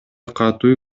катуу